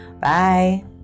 Bye